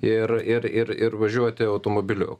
ir ir ir ir važiuoti automobiliu